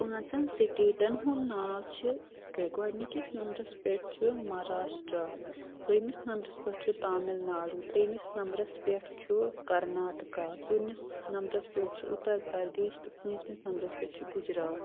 پانٛژن سٹیٹن ہنُد ناو چھُ یِتھ کٔنۍ گۄڈنِکس نمبرس پیٹھ چھُ مہارشتراہ دوٚیِمس نمبرس پیٹھ چھُ تامِل ناڈوٗ تریمِس نمبرس پیٹھ چھُ کرناٹکہ ژوٗرمِس نمبرس پیٹھ چھُ اُترپردیش تہٕ پونژمِس نمبرس پیٹھ چھُ گجرات